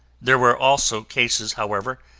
there were also cases, however,